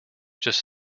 just